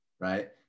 right